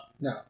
No